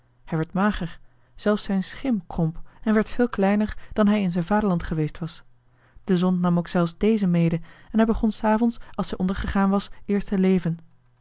hij werd mager zelfs zijn schim kromp en werd veel kleiner dan hij in zijn vaderland geweest was de zon nam ook zelfs dezen mede en hij begon s avonds als zij ondergegaan was eerst te leven